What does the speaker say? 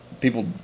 people